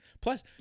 Plus